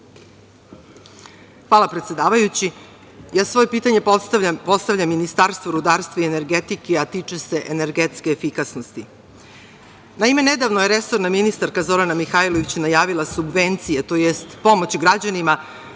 Hvala, predsedavajući. Ja svoje pitanje postavljam Ministarstvu rudarstva i energetike, a tiče se energetske efikasnosti. Naime, nedavno je resorna ministarka Zorana Mihajlović najavila subvencije, tj. pomoć građanima